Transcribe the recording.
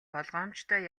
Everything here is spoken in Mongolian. болгоомжтой